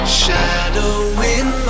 shadowing